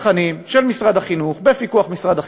התכנים של משרד החינוך בפיקוח משרד החינוך.